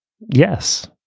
Yes